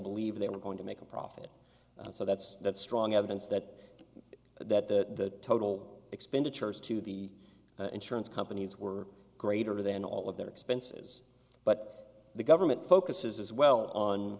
believe they were going to make a profit so that's that strong evidence that that the total expenditures to the insurance companies were greater than all of their expenses but the government focuses as well on